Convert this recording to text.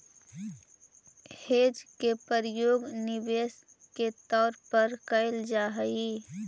hedge के प्रयोग निवेश के तौर पर कैल जा हई